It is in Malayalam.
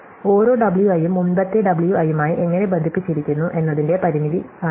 ഓരോ W i യും മുമ്പത്തെ W i യുമായി എങ്ങനെ ബന്ധിപ്പിച്ചിരിക്കുന്നു എന്നതിന്റെ പരിമിതിയാണിത്